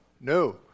no